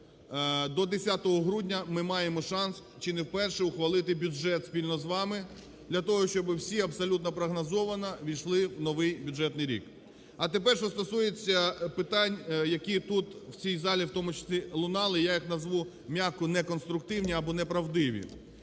до 10 грудня, ми маємо шанс чи не вперше ухвалити бюджет спільно з вами, для того щоб всі абсолютно прогнозовано увійшли в новий бюджетний рік. А тепер, що стосується питань, які тут в цій залі в тому числі лунали, я їх назву м'яко: неконструктивні або неправдиві.